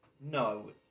No